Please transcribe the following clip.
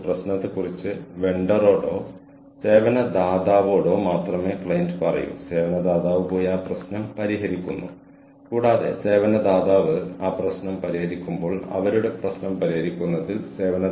ഒരു സെഷന്റെ മധ്യത്തിൽ എനിക്ക് ചുമ പോലെ വന്നപ്പോൾ പഠിതാക്കളിൽ ആരോ ഒരാൾ ഈ സ്ത്രീയുടെ പേര് ഞാൻ മറന്നു പക്ഷേ അവൾ എന്നോട് ചോദിച്ചു എനിക്ക് എങ്ങനെ തോന്നുന്നു എന്ന്